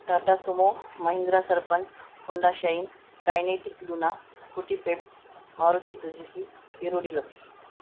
Tata Sumo Mahindra Sarpanch Honda Shine Kinetic Luna Scooty Pep Maruti Suzuki Hero deluxe